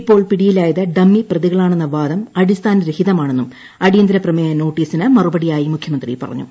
ഇപ്പോൾ പിടിയിലായത് ഡമ്മി പ്രതികളാണെന്ന വാദം അടിസ്ഥാനരഹിതമാണെന്നും അടിയന്തര പ്രമേയ നോട്ടീസ് മറുപടിയായി മുഖ്യമന്ത്രി പറഞ്ഞു